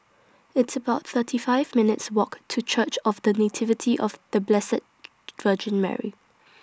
It's about thirty five minutes' Walk to Church of The Nativity of The Blessed Virgin Mary